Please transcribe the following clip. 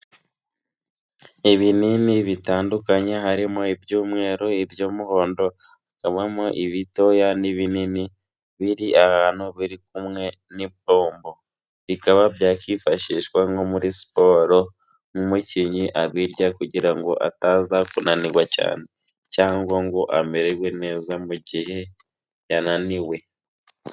Ibinini bitandukanye harimo iby'umweru, iby'umuhondo, hakabamo ibitoya n'ibinini biri ahantu biri kumwe n'ipombo, bikaba byakifashishwa nko muri siporo nk'umukinnyi abirya kugira ngo ataza kunanirwa cyane cyangwa ngo amererwe neza mu gihe yananiwe.